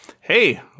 hey